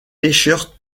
pêcheurs